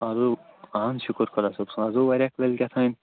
آ او اہن شُکُر خۄداصٲبس کُن آز او وارِیاہ کٲلۍ کیتھانۍ